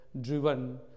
driven